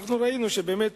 אנחנו ראינו שבאמת